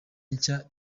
nshya